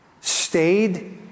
stayed